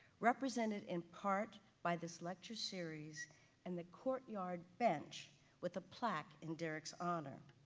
represented in part by this lecture series and the courtyard bench with a plaque in derrick's honor.